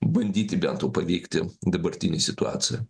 bandyti bent tuo paveikti dabartinę situaciją